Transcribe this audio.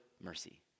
mercy